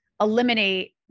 eliminate